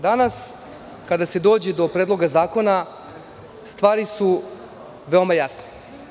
Danas, kada se dođe do Predloga zakona, stvari su veoma jasne.